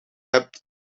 hebt